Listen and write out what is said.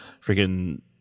freaking